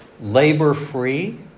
labor-free